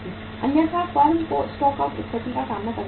अन्यथा फर्म को stock out स्थिति का सामना करना पड़ता है